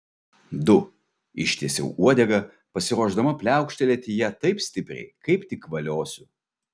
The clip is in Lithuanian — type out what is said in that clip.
du ištiesiau uodegą pasiruošdama pliaukštelėti ja taip stipriai kaip tik valiosiu